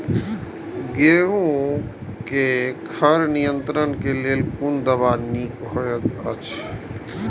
गेहूँ क खर नियंत्रण क लेल कोन दवा निक होयत अछि?